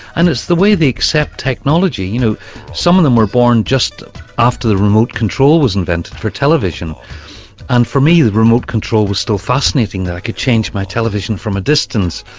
and it's the way they accept technology, you know some of them were born just after the remote control was invented for television and for me the remote control was still fascinating that i could change my television from a distance.